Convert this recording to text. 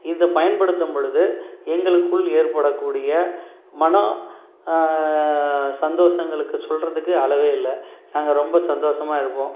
இதை பயன்படுத்தும்பொழுது எங்களுக்குள் ஏற்படக்கூடிய மனம் சந்தோஷங்களுக்கு சொல்கிறதுக்கு அளவே இல்லை நாங்கள் ரொம்ப சந்தோஷமாக இருப்போம்